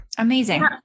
amazing